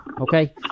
okay